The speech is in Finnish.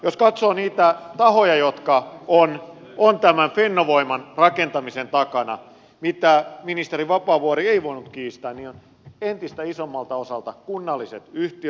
jos katsoo niitä tahoja jotka ovat tämän fennovoiman rakentamisen takana mitä ministeri vapaavuori ei voinut kiistää niitä ovat entistä isommalta osalta kunnalliset yhtiöt